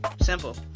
Simple